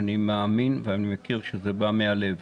אני מאמין ואני מכיר שזה בא מהלב.